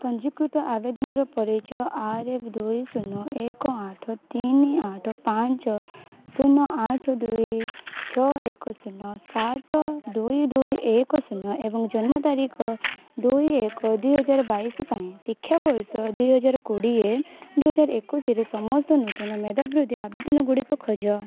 ପଞ୍ଜୀକୃତ ଆବେଦନର ପରିଚୟ ଆର୍ ଏଫ୍ ଦୁଇ ଶୂନ ଏକ ଆଠ ତିନି ଆଠ ପାଞ୍ଚ ଶୂନ ଆଠ ଦୁଇ ଛଅ ଏକ ଶୂନ ସାତ ଦୁଇ ଦୁଇ ଏକ ଶୂନ ଏବଂ ଜନ୍ମ ତାରିଖ ଦୁଇ ଏକ ଦୁଇ ହଜାର ବାଇଶ ପାଇଁ ଶିକ୍ଷାବର୍ଷ ଦୁଇ ହଜାର କୋଡ଼ିଏ ଦୁଇ ହଜାର ଏକୋଇଶିରେ ସମସ୍ତ ନୂତନ ମେଧାବୃତ୍ତି ଆବେଦନ ଗୁଡ଼ିକ ଖୋଜ